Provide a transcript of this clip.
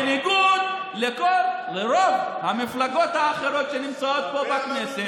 בניגוד לרוב המפלגות האחרות שנמצאות פה בכנסת,